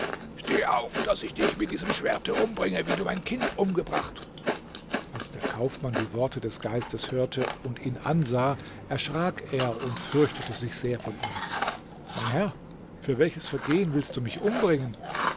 steh auf daß ich dich mit diesem schwerte umbringe wie du mein kind umgebracht als der kaufmann die worte des geistes hörte und ihn ansah erschrak er und fürchtete sich sehr vor ihm mein herr für welches vergehen willst du mich umbringen